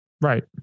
Right